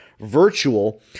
virtual